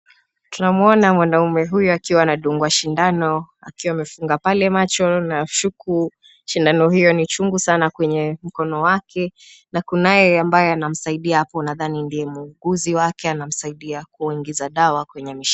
Tunamuona mwanaume huyu akiwa anadungwa sindano akiwa amefunga pale macho nashuku sindano hiyo ni chungu sana kwenye mkono wake na kunaye ambaye anamsaidia hapo nadhani ndiye muuguzi wake anamsaidia kuingiza dawa kwenye mishipa.